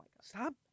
Stop